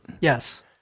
Yes